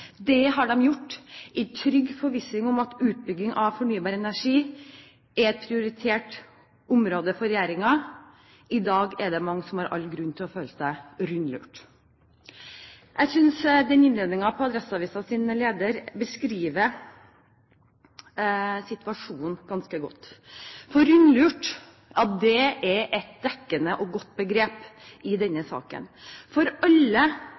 Det har de gjort i trygg forvissning om at utbygging av fornybar energi er et prioritert politisk område. I dag er det mange som har all grunn til å føle seg rundlurt.» Jeg synes den innledningen på Adresseavisens leder beskriver situasjonen ganske godt. «Rundlurt» er et dekkende og godt begrep i denne saken for alle